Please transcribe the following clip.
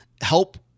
help